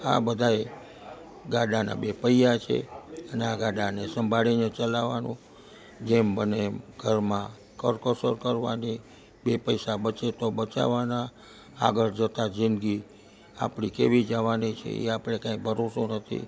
આ બધાં ગાડાના બે પૈડા છે અને આ ગાડાને સંભાળીને ચલાવાનું જેમ બને એમ ઘરમાં કરકસર કરવાની બે પૈસા બચે તો બચાવાના આગળ જતાં જિંદગી આપણી કેવી જવાની છે એ આપણે કાંઇ ભરોસો નથી